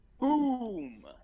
Boom